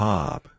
Pop